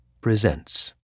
presents